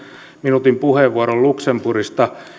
minuutin puheenvuoron luxemburgissa